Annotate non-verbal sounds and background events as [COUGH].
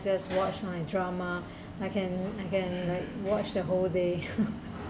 just watch my drama [BREATH] I can I can like watch the whole day [LAUGHS]